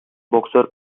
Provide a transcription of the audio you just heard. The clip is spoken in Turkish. boksör